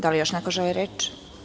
Da li još neko želi reč?